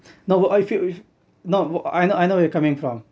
no what I feel no I know I know where you're coming from